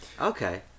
Okay